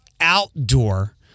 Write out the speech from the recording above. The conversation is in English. outdoor